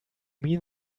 mean